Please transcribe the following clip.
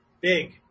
Big